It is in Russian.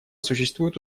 существует